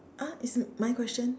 ah it's my question